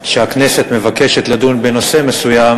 שכשהכנסת מבקשת לדון בנושא מסוים